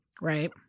right